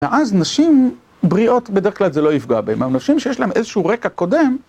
ואז נשים בריאות בדרך כלל זה לא יפגע בהם, אבל נשים שיש להן איזשהו רקע קודם...